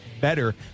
better